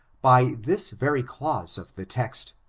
by this very clause of the text,